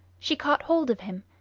she caught hold of him,